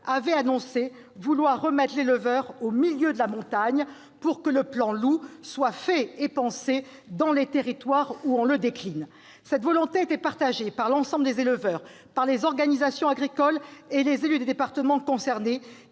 avait annoncé vouloir « remettre l'éleveur au milieu de la montagne », de manière à ce que le plan Loup « soit fait et pensé dans les territoires où on le décline ». Cette volonté était partagée par l'ensemble des éleveurs, des organisations agricoles et des élus des départements concernés